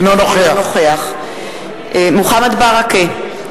אינו נוכח מוחמד ברכה,